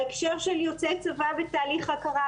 בהקשר של יוצאי צבא ותהליך הכרה,